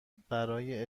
برای